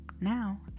Now